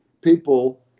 people